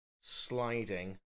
sliding